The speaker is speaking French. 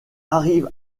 arrive